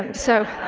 so